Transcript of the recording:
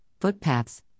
footpaths